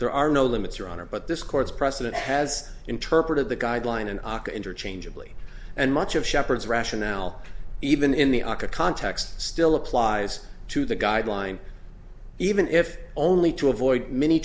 there are no limits your honor but this court's precedent has interpreted the guideline and interchangeably and much of shepheard's rationale even in the uk a context still applies to the guideline even if only to avoid many